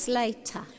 later